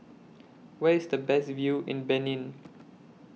Where IS The Best View in Benin